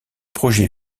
projets